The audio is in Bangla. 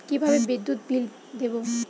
কিভাবে বিদ্যুৎ বিল দেবো?